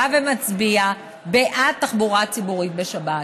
בא ומצביע בעד תחבורה ציבורית בשבת,